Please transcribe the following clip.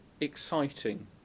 exciting